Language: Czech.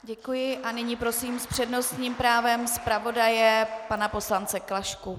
Děkuji a nyní prosím s přednostním právem zpravodaje pana poslance Klašku.